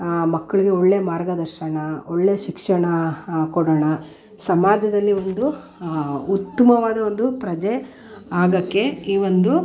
ಮಕ್ಕಳಿಗೆ ಒಳ್ಳೆ ಮಾರ್ಗದರ್ಶನ ಒಳ್ಳೆ ಶಿಕ್ಷಣ ಕೊಡೋಣ ಸಮಾಜದಲ್ಲಿ ಒಂದು ಉತ್ತುಮವಾದ ಒಂದು ಪ್ರಜೆ ಆಗೋಕ್ಕೆ ಈ ಒಂದು